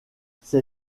c’est